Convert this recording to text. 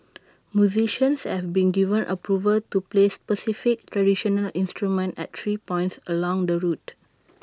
musicians have been given approval to play specified traditional instruments at three points along the route